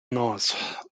north